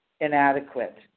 inadequate